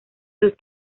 sus